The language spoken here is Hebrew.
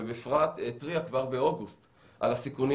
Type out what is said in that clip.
ובפרט התריעה כבר באוגוסט על הסיכונים